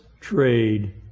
trade